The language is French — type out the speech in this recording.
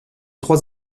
trois